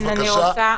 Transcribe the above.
בבקשה.